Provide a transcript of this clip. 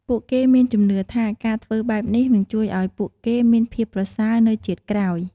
ពួកគេមានជំនឿថា ការធ្វើបែបនេះនឹងជួយឱ្យពួកគេមានភាពប្រសើរនៅជាតិក្រោយ។